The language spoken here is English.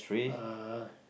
uh